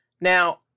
Now